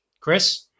Chris